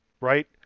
right